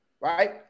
Right